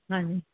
ਹਾਂਜੀ